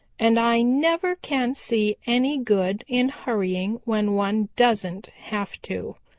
and i never can see any good in hurrying when one doesn't have to.